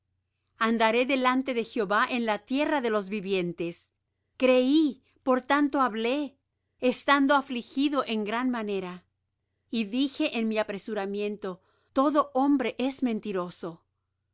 andaré delante de jehová en la tierra de los vivientes creí por tanto hablé estando afligido en gran manera y dije en mi apresuramiento todo hombre es mentiroso